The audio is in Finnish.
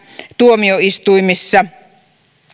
tuomioistuimissa